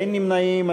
אין נמנעים.